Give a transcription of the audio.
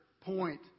point